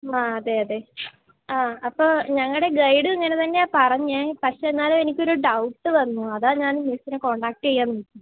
ആ അതെ അതെ ആ അപ്പോൾ ഞങ്ങളുടെ ഗൈഡും ഇങ്ങനെ തന്നെയാ പറഞ്ഞത് പക്ഷേ എന്നാലും എനിക്കൊരു ഡൗട്ട് വന്നു അതാ ഞാന് മിസ്സിനെ കോണ്ഡാക്റ്റ് ചെയ്യാന്